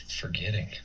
forgetting